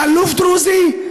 על אלוף דרוזי,